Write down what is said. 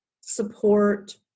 support